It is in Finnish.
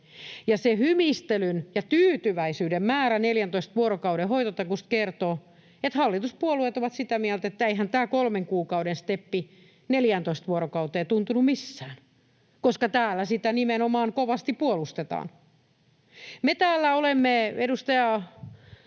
Ja se hymistelyn ja tyytyväisyyden määrä 14 vuorokauden hoitotakuusta kertoo, että hallituspuolueet ovat sitä mieltä, että eihän tämä kolmen kuukauden steppi 14 vuorokauteen tuntunut missään, koska täällä sitä nimenomaan kovasti puolustetaan. Me täällä olemme edustaja